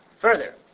Further